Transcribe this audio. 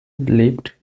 lebt